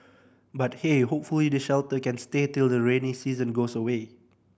but hey hopefully the shelter can stay till the rainy season goes away